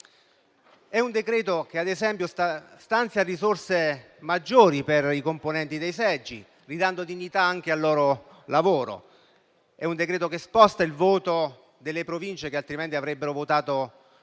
Il decreto-legge, ad esempio, stanzia risorse maggiori per i componenti dei seggi, ridando dignità anche al loro lavoro; sposta al 29 settembre il voto delle Province che altrimenti avrebbero votato in